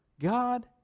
god